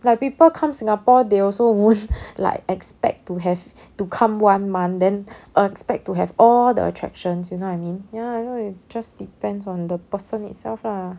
like people come singapore they also won't like expect to have to come one month then expect to have all the attractions you know what I mean ya I know it just depends on the person itself lah